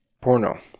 Porno